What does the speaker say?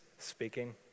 Speaking